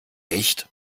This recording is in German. echt